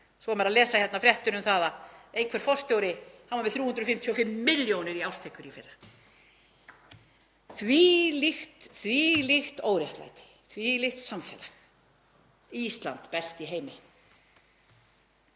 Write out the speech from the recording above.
Svo er maður að lesa fréttir um það að einhver forstjóri var með 355 milljónir í árstekjur í fyrra. Þvílíkt óréttlæti. Þvílíkt samfélag. Ísland best í heimi.